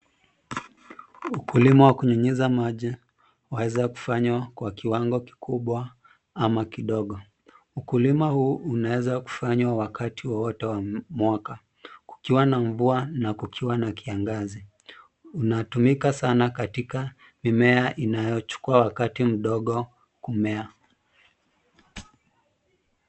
Ukulima wa kunyunyuza maji waeza kufanywa kwa kiwango kikubwa ama kidogo. Ukulima huu unaweza kufanywa wakati wowote wa mwaka, kukiwa na mvua na kukiwa na kiangazi. Unatumika sana katika mimea inayochukua wakati mdogo kumea.